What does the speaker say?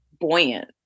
buoyant